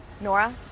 Nora